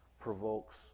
provokes